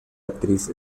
actriz